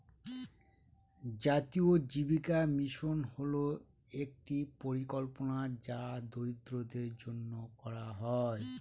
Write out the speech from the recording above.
জাতীয় জীবিকা মিশন হল একটি পরিকল্পনা যা দরিদ্রদের জন্য করা হয়